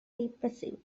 repressive